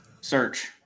search